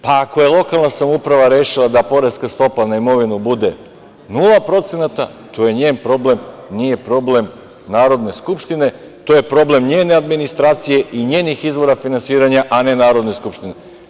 Pa, ako je lokalna samouprava rešila da poreska stopa na imovinu bude 0%, to je njen problem, nije problem Narodne skupštine, to je problem njene administracije i njenih izvora finansiranja, a ne Narodne skupštine.